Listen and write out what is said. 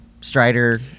Strider